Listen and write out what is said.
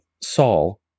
Saul